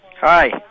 Hi